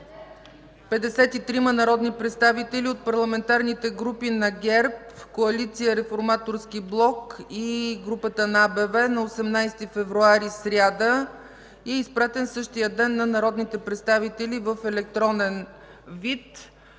53-ма народни представители от парламентарните групи на ГЕРБ, коалиция Реформаторски блок и групата на АБВ на 18 февруари 2015 г., сряда, и е изпратен същия ден на народните представители в електронен вид.